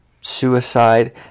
suicide